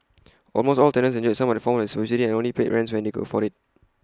almost all tenants enjoyed someone form of subsidy and some only paid rents when they could afford IT